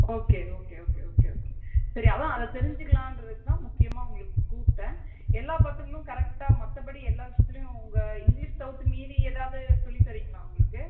okay okay okay okay okay சரி அதான் அதை தெரிஞ்சிக்கிலான்றதுக்கு தான் முக்கியமாக உங்களுக்கு கூப்பிட்டேன் எல்லா பசங்களும் கரெக்டாக மற்றபடி எல்லா விஷயத்திலியும் உங்கள் இங்கிலிஷ் தவிர்த்து மீதி எதாவது சொல்லித்தரிங்களா அவங்களுக்கு